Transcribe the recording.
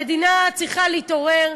המדינה צריכה להתעורר,